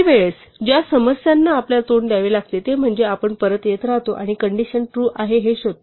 काही वेळेस ज्या समस्यांना तोंड द्यावे लागते ते म्हणजे आपण परत येत राहतो आणि कंडिशन ट्रू आहे हे शोधतो